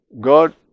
God